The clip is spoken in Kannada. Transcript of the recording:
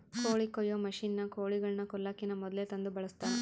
ಕೋಳಿ ಕೊಯ್ಯೊ ಮಷಿನ್ನ ಕೋಳಿಗಳನ್ನ ಕೊಲ್ಲಕಿನ ಮೊದ್ಲೇ ತಂದು ಬಳಸ್ತಾರ